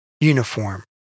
uniform